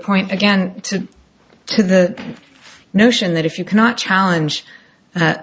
point again to to the notion that if you cannot challenge